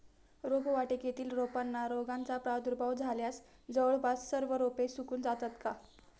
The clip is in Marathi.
रोपवाटिकेतील रोपांना रोगाचा प्रादुर्भाव झाल्यास जवळपास सर्व रोपे सुकून जातात का?